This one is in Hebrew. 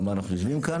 על מה אנחנו יושבים כאן.